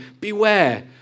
beware